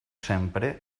sempre